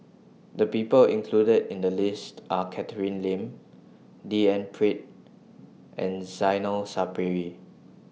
The People included in The list Are Catherine Lim D N Pritt and Zainal Sapari